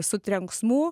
su trenksmu